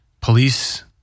police